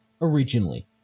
originally